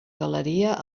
galeria